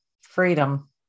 Freedom